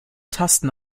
tasten